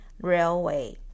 railway